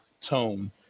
tone